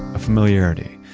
a familiarity.